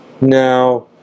now